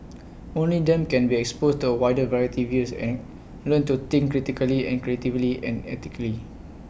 only them can be exposed to A wider variety views and learn to think critically and creatively and ethically